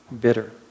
bitter